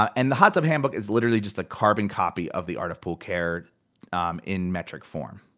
and the hot tub handbook is literally just a carbon copy of the art of pool care in metric form.